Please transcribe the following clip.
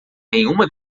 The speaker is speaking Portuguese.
nenhuma